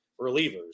relievers